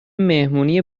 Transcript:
مهمونی